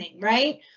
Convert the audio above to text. right